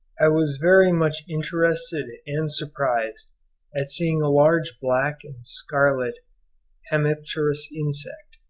i was very much interested and surprised at seeing a large black and scarlet hemipterous insect,